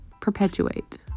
perpetuate